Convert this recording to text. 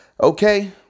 Okay